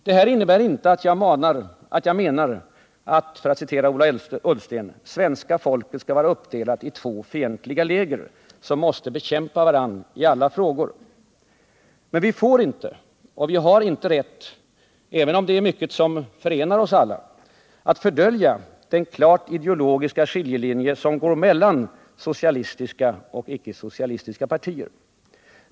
Det här innebär inte att jag menar att — för att citera Ola Ullsten — svenska folket skulle vara uppdelat i två fientliga läger som måste bekämpa varandra i alla frågor. Men vi har inte rätt, även om det är mycket som förenar oss alla, att fördölja den klart ideologiska skiljelinje som går mellan socialistiska och icke-socialistiska partier.